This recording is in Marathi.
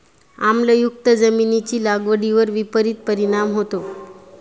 आम्लयुक्त जमिनीचा लागवडीवर विपरीत परिणाम होतो